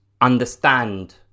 understand